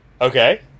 Okay